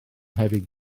hefyd